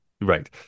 Right